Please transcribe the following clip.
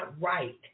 right